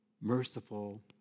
Merciful